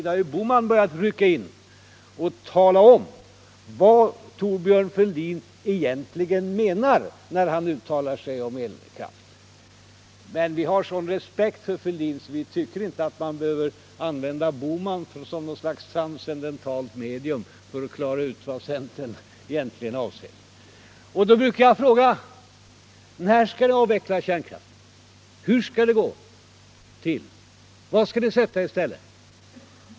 Han har ju på senare tid börjat rycka in och tala om vad Thorbjörn Fälldin egentligen menar när han uttalar sig om elkraften. Vi har sådan respekt för Fälldin att vi tycker inte att man behöver använda Bohman som något slags transcendentalt medium för att klara ut vad centern egentligen avser. Jag brukar fråga: När skall ni avveckla kärnkraften? Hur skall det gå till? Vad skall ni sätta i stället?